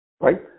right